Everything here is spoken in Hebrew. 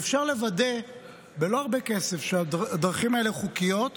ואפשר לוודא בלי הרבה כסף שהדרכים האלה חוקיות.